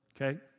okay